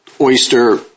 oyster